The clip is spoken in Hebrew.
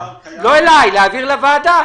לא אליי, להעביר לוועדה.